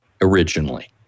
originally